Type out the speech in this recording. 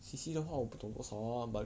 C_C 的话我不懂多少 lah but